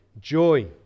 joy